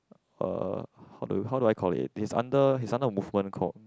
uh how do how do I call it it's under he's under a movement called